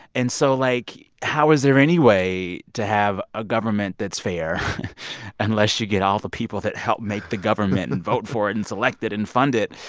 and so, like, how is there any way to have a government that's fair unless you get all the people that help make the government and vote for it and select it and fund it,